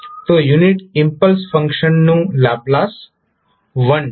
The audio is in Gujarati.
તો યુનિટ ઇમ્પલ્સ ફંક્શનનું લાપ્લાસ 1 છે